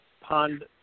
pond